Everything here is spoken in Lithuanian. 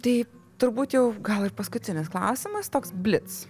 tai turbūt jau gal ir paskutinis klausimas toks blits